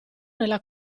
nella